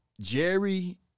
Jerry